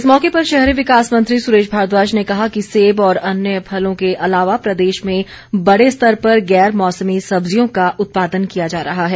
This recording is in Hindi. इस मौके पर शहरी विकास मंत्री सुरेश भारद्वाज ने कहा कि सेब और अन्य फलों के अलावा प्रदेश में बड़े स्तर पर गैर मौसमी सब्जियों का उत्पादन किया जा रहा है